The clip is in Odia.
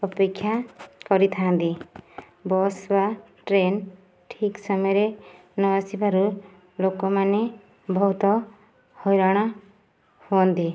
ଅପେକ୍ଷା କରିଥା'ନ୍ତି ବସ୍ ବା ଟ୍ରେନ୍ ଠିକ୍ ସମୟରେ ନ ଆସିବାରୁ ଲୋକମାନେ ବହୁତ ହଇରାଣ ହୁଅନ୍ତି